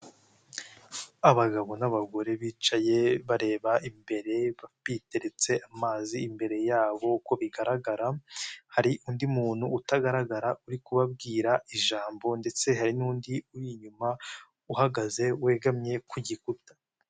Abagabo n'abagore bicaye bareba imbere biteretse amazi imbere yabo uko bigaragara, hari undi muntu utagaragara uri kubabwira ijambo ndetse hari n'undi uri inyuma uhagaze wegamye ku gikuta.